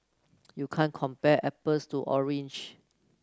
you can't compare apples to orange